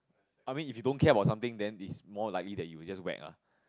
I mean if you don't care about something then it's more likely that you will just whack lah